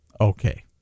Okay